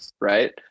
Right